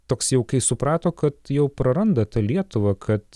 toks jau kai suprato kad jau praranda tą lietuvą kad